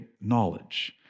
knowledge